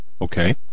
Okay